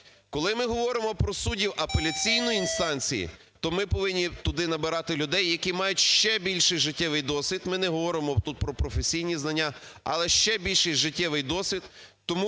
коли ми говоримо про суддів апеляційної інстанції, то ми повинні туди набирати людей, які мають ще більший життєвий досвід, ми не говоримо тут про професійні знання, але ще більший життєвий досвід, тому